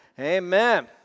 Amen